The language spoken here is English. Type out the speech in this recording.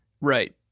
right